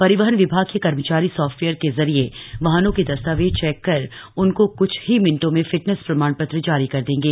रिवहन विभाग के कर्मचारी सॉफ्टवेयर के जरिए वाहनों के दस्तावेज चेक कर उनको क्छ ही मिनटो में फिटनेस प्रमाण त्र जारी कर देंगे